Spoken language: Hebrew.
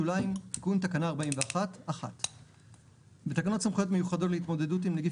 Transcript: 1.תיקון תקנה 41 בתקנות סמכויות מיוחדות להתמודדות עם נגיף